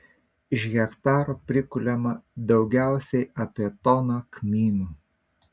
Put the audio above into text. iš hektaro prikuliama daugiausiai apie toną kmynų